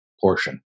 portion